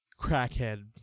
crackhead